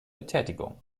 betätigung